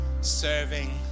serving